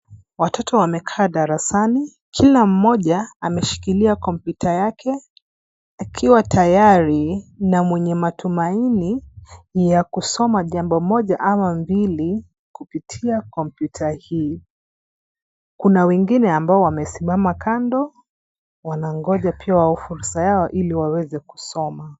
Watoto wamekaa darasani kila mmoja ameshikilia kompyuta yake, akiwa tayari na mwenye matumaini ya kusoma jambo moja ama mbili, kupitia kompyuta hii. Kuna wengine ambao wamesimama kando, wanangoja pia wao fursa yao ,ili waweze kusoma.